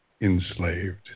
enslaved